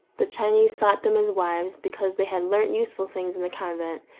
the chinese sought them as wives because they had learnt useful things in the convent,